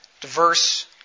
diverse